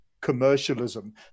commercialism